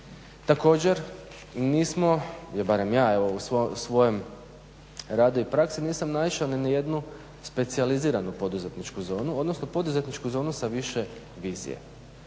Također nismo, barem ja u svojem radu i praksi nisam našio ni na jednu specijaliziranu poduzetničku zonu odnosno poduzetničku zonu sa više vizije.